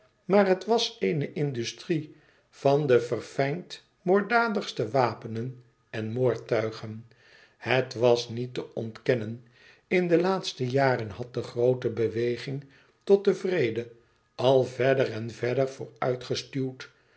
maar het was eene industrie van de verfijnd moorddadigste wapenen en moordtuigen het was niet te ontkennen in de laatste jaren had de groote beweging tot den vrede al verder en verder